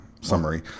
summary